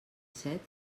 set